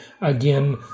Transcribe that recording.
Again